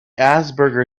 asperger